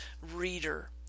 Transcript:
reader